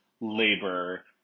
labor